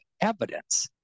evidence